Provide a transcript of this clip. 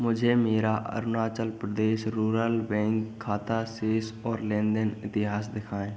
मुझे मेरा Arunachal Pradesh rural bank खाता शेष और लेन देन इतिहास दिखाएँ